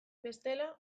bestela